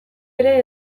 ere